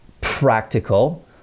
practical